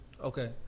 Okay